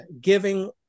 giving